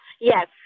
Yes